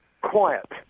quiet